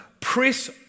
Press